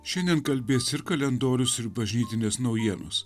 šiandien kalbės ir kalendorius ir bažnytinės naujienos